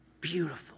Beautiful